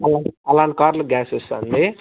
అలాం అలాంటి కార్లకి గ్యాస్ వస్తుంది